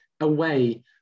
away